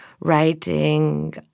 writing